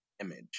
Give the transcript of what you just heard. image